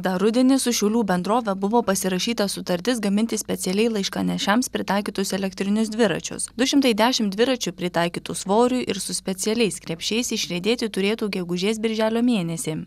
dar rudenį su šiaulių bendrove buvo pasirašyta sutartis gaminti specialiai laiškanešiams pritaikytus elektrinius dviračius du šimtai dešim dviračių pritaikytų svoriui ir su specialiais krepšiais išriedėti turėtų gegužės birželio mėnesį